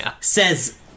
says